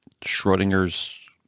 Schrodinger's